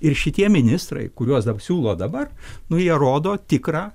ir šitie ministrai kuriuos siūlo dabar nu jie rodo tikrą